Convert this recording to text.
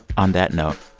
on that note,